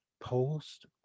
post